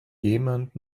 jemand